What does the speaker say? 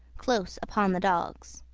close upon the dogs.